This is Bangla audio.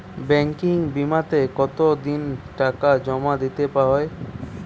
ব্যাঙ্কিং বিমাতে কত দিন টাকা জমা দিতে হয়?